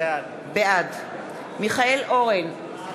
בעד מיכאל אורן,